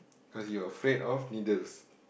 cause you afraid of needles